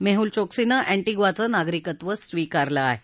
मेहुल चोक्सीनं अँटिग्वाचं नागरिकत्व स्वीकारलं आहे